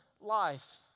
life